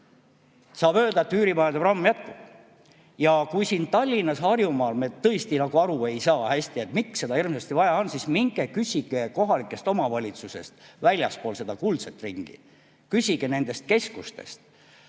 Saab öelda, et üürimajade programm jätkub. Ja kui siin Tallinnas ja Harjumaal me tõesti ei saa hästi aru, miks seda hirmsasti vaja on, siis minge küsige kohalikest omavalitsustest väljaspool seda kuldset ringi. Küsige nendest keskustest!